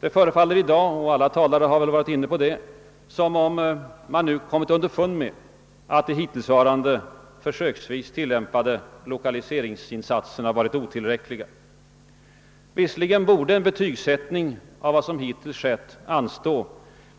Det förefaller i dag, och alla talare har väl varit inne på det, som om man nu kommit underfund med att de hittills försöksvis tillämpade lokaliseringsinsatserna varit otillräckliga. Visserligen borde en betygsättning av vad som hittills skett anstå